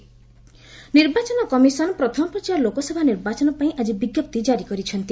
EC notification ନିର୍ବାଚନ commission ପ୍ରଥମ ପର୍ଯ୍ୟାୟ ଲୋକସଭା ନିର୍ବାଚନ ପାଇଁ ଆଜି ବିଜ୍ଞାପ୍ତି କାରି କରିଛନ୍ତି